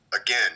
again